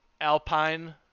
alpine